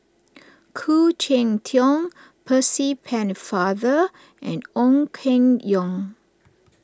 Khoo Cheng Tiong Percy Pennefather and Ong Keng Yong